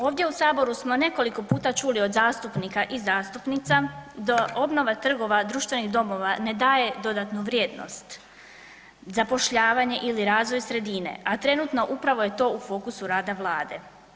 Ovdje u saboru smo nekoliko puta čuli od zastupnika i zastupnica da obnova trgova, društvenih domova, ne daje dodatnu vrijednost, zapošljavanje ili razvoj sredine, a trenutno upravo je to u fokusu rada vlade.